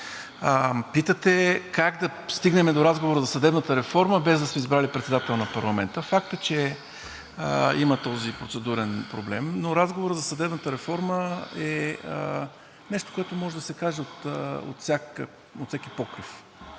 Питате как да стигнем до разговора за съдебната реформа, без да сме избрали председател на парламента. Факт е, че има този процедурен проблем, но разговорът за съдебната реформа е нещо, което може да се каже от всеки покрив,